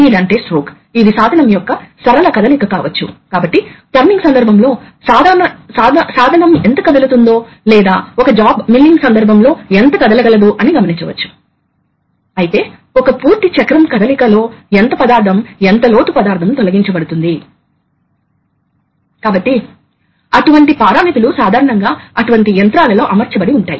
మీరు ఇక్కడ ఒక నిర్మాణాన్ని చూడవచ్చు కాబట్టి మీరు సిలిండర్లలోకి ప్రెషర్ ని నింపుతున్నప్పుడు అవి సాధారణంగా సిలిండర్లతో అనుసంధానించబడి ఉంటాయి ఇది ప్రాథమిక మెకానిజం కాబట్టి ఇది పైకి నెట్టబడుతోంది మరియు అది నెట్టివేయబడినప్పుడు ఇది మూసివేయబడుతుంది